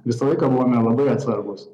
visą laiką buvome labai atsargūs